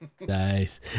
Nice